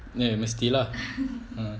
eh mesti lah